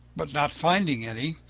but not finding any,